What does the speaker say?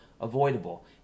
avoidable